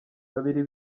babiri